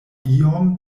iom